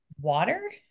water